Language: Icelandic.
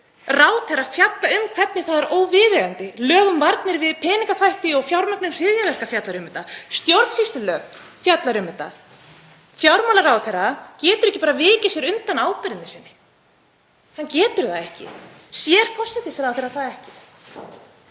ráðherra fjalla um hvernig það er óviðeigandi. Lög um varnir gegn peningaþvætti og fjármögnun hryðjuverka fjalla um þetta. Stjórnsýslulög fjalla um þetta. Fjármálaráðherra getur ekki vikið sér undan ábyrgð sinni. Hann getur það ekki. Sér forsætisráðherra það ekki?